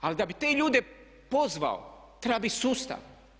Ali da bi te ljude pozvao treba biti sustav.